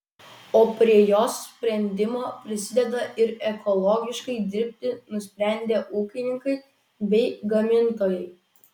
o prie jos sprendimo prisideda ir ekologiškai dirbti nusprendę ūkininkai bei gamintojai